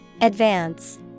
Advance